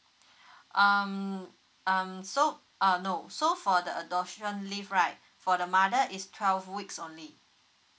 um um so uh no so for the adoption leave right for the mother is twelve weeks only